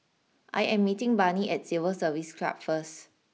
I am meeting Barney at Civil Service Club first